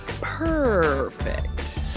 perfect